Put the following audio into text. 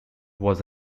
was